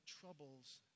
troubles